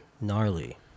gnarly